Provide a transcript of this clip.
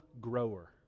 grower